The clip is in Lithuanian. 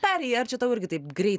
perėjai ar čia tau irgi taip grei